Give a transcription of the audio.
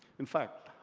in fact,